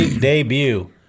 debut